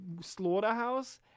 slaughterhouse